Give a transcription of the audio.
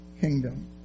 kingdom